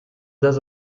das